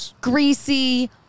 greasy